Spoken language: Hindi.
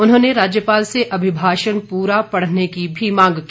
उन्होंने राज्यपाल से अभिभाषण पूरा पढ़ने की भी मांग की